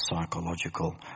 psychological